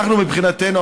אנחנו מבחינתנו,